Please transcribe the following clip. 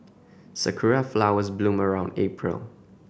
sakura flowers bloom around April